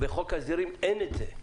בחוק ההסדרים אין את זה.